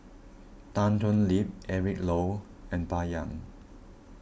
Tan Thoon Lip Eric Low and Bai Yan